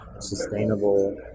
sustainable